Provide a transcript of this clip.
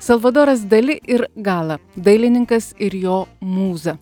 salvadoras dali ir gala dailininkas ir jo mūza